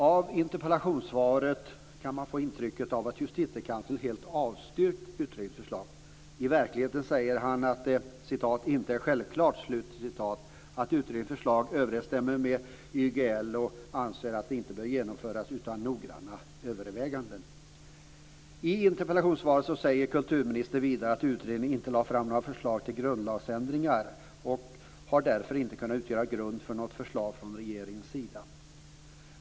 Av interpellationssvaret kan man få intrycket att verkligheten säger han att det "inte är självklart" att utredningens förslag överensstämmer med YGL, och han anser att de inte bör genomföras utan noggranna överväganden. I interpellationssvaret säger kulturministern vidare att utredningen inte lade fram några förslag till grundlagsändringar och därför inte har kunnat utgöra grund för något förslag från regeringens sida.